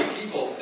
people